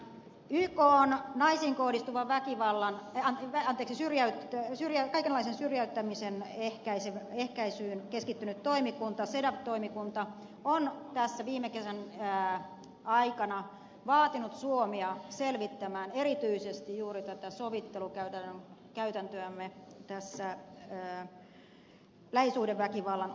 ykn naisiin kohdistuvan väkivallan ja hän tekisi vielä kaikenlaisen syrjäyttämisen ehkäisyyn keskittynyt toimikunta cedaw toimikunta on tässä viime kesän aikana vaatinut suomea selvittämään erityisesti juuri tätä sovittelukäytäntöämme lähisuhdeväkivallan osalta